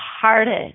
hardest